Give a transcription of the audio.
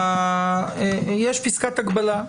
יש פסקת הגבלה.